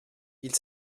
ils